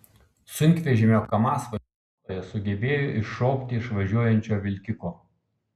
sunkvežimio kamaz vairuotojas sugebėjo iššokti iš važiuojančio vilkiko